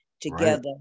together